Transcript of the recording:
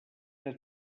era